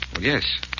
yes